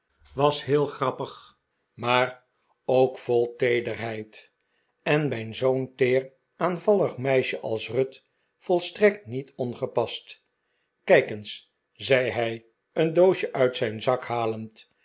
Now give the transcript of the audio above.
was heel grappig maar ook vol teederheid en bij zoo'n teer aanvallig meisje als ruth volstrekt niet ongepast kijk eens zei hij een doosje uit zijn zak halend